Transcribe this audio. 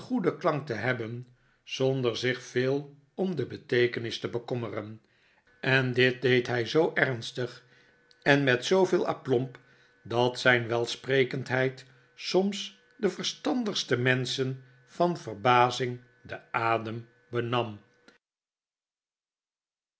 goeden klank te hebben zonder zich veel om de beteekenis te bekommeren en dit deed hij zoo ernstig en met zooveel aplomb dat zijn welsprekendheid soms de verstandigste menschen van verbazing den adem benam